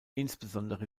insbesondere